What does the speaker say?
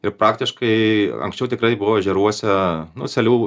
ir praktiškai anksčiau tikrai buvo ežeruose nu seliavų